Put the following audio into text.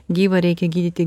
gyvą reikia gydyti